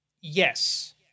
yes